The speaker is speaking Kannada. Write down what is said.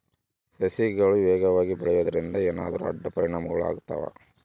ಸಸಿಗಳು ವೇಗವಾಗಿ ಬೆಳೆಯುವದರಿಂದ ಏನಾದರೂ ಅಡ್ಡ ಪರಿಣಾಮಗಳು ಆಗ್ತವಾ?